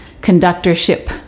conductorship